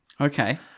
Okay